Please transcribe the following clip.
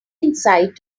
insight